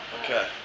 Okay